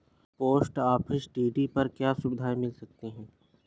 Post office T D पर क्या सुविधाएँ मिल सकती है?